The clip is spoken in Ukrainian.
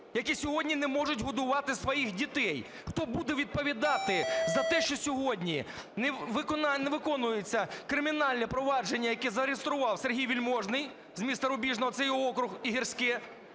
які сьогодні не можуть годувати своїх дітей. Хто буде відповідати за те, що сьогодні не виконується кримінальне провадження, яке зареєстрував Сергій Вельможний з міста Рубіжного, це його округ, і Гірське?